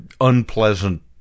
unpleasant